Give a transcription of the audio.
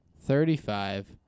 thirty-five